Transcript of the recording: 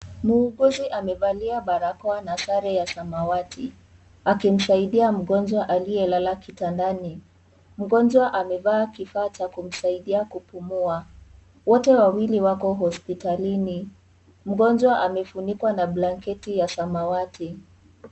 Muhuguzi amvalia barakoa na sare ya rangi ya samawati akimsaidia mgonjwa aliyelala kitandani, mgonjwa amevaa kifaa cha kumsaidia kupumua, wote wawili wako hospitalini, mgonjwa amefunikwa na blanketi ya samawati.